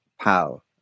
pal